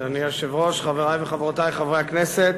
אדוני היושב-ראש, חברי וחברותי חברי הכנסת,